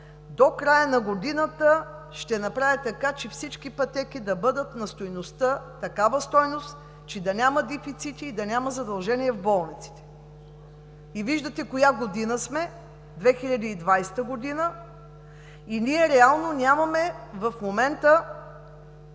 „До края на годината ще направя така, че всички пътеки да бъдат на такава стойност, че да няма дефицити и да няма задължения в болниците.“ И виждате коя година сме – 2020 г., и ние реално нямаме в момента